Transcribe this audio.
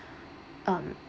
um